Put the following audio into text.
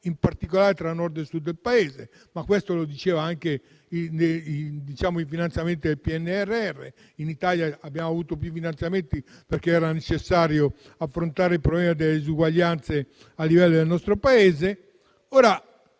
in particolare tra Nord e Sud del Paese, ma questo lo si è visto anche con i finanziamenti del PNRR; in Italia abbiamo avuto più finanziamenti perché era necessario affrontare il problema delle disuguaglianze nel Paese.